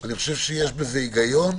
אני חושב שיש בזה היגיון,